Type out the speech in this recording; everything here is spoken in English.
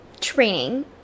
training